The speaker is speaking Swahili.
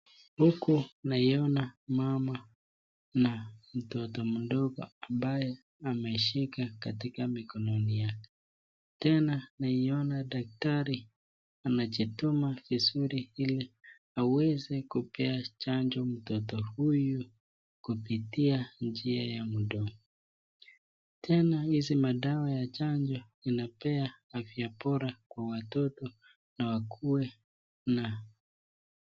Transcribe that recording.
Huku naiona mama na mtoto mdogo ambaye ameshika katika mikononi yake, tena naiona daktari amejituma vizuri ili aweze kupea chanjo mtoto huyu kupitia njia ya mdomo. Tena hizi madawa ya chanjo inapea afya bora kwa watoto na wakue na...